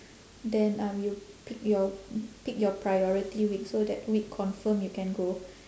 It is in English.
then um you pick your pick your priority week so that week confirm you can go